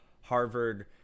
Harvard